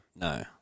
no